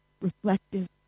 reflective